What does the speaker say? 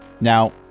Now